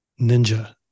ninja